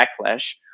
backlash